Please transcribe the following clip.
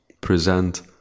present